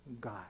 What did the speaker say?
God